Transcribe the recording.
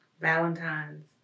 valentine's